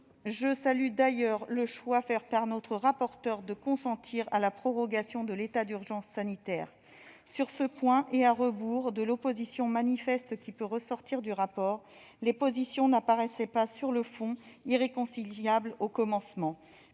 Je salue d'ailleurs le choix fait par notre rapporteur de consentir à la prorogation de l'état d'urgence sanitaire. Sur ce point, et à rebours de l'opposition manifeste qui peut ressortir du rapport, les positions n'apparaissaient pas, sur le fond, irréconciliables au commencement.